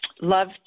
love